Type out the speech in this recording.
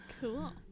Cool